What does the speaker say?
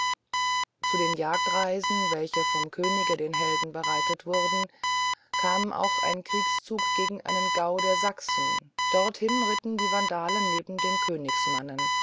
zu den jagdreisen welche vom könige den helden bereitet wurden kam auch ein kriegszug gegen einen gau der sachsen dorthin ritten die vandalen neben den königsmannen